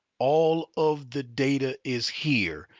all of the data is here,